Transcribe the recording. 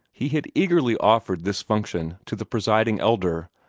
he had eagerly offered this function to the presiding elder,